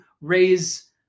raise